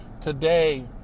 today